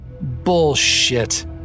Bullshit